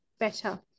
better